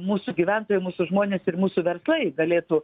mūsų gyventojai mūsų žmonės ir mūsų verslai galėtų